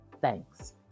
Thanks